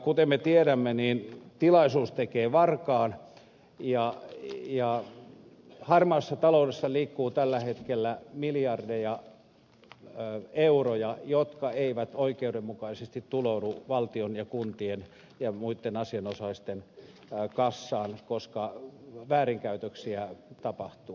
kuten me tiedämme tilaisuus tekee varkaan ja harmaassa taloudessa liikkuu tällä hetkellä miljardeja euroja jotka eivät oikeudenmukaisesti tuloudu valtion ja kuntien ja muitten asianosaisten kassaan koska väärinkäytöksiä tapahtuu